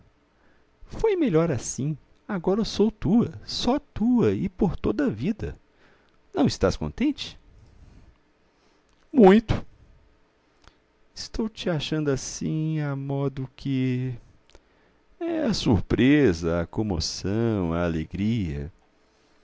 foi melhor assim agora sou tua só tua e por toda a vida não estás contente muito estou te achando assim a modo que é a surpresa a comoção a alegria